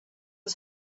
was